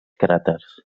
cràters